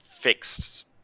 fixed